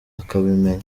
akabimenya